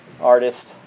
artist